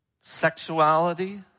sexuality